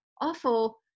awful